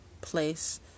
place